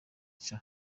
cha